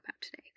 today